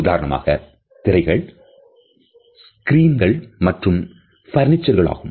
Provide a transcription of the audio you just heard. உதாரணமாக திரைகள் க்ரீம்கள் மற்றும் பர்னிச்சர் களும் ஆகும்